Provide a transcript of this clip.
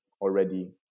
already